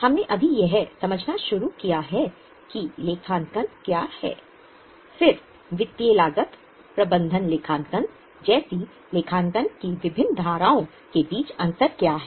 हमने अभी यह समझना शुरू किया है कि लेखांकन क्या है फिर वित्तीय लागत प्रबंधन लेखांकन जैसी लेखांकन की विभिन्न धाराओं के बीच अंतर क्या है